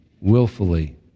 willfully